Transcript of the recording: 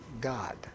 God